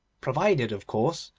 provided, of course,